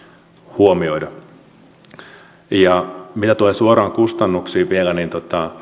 huomioida mitä tulee suoraan kustannuksiin vielä niin